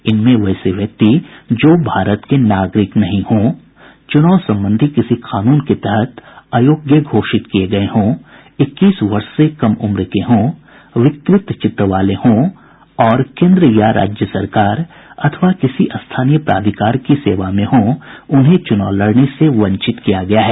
इनमें वैसे व्यक्ति जो भारत के नागरिक नहीं हों चुनाव संबंधी किसी कानून के तहत अयोग्य घोषित किये गये हों इक्कीस वर्ष से कम उम्र को हों विकृत चित्त वाले हों और केन्द्र या राज्य सरकार अथवा किसी स्थानीय प्राधिकार की सेवा में हों उन्हें चुनाव लड़ने से वंचित किया गया है